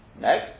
Next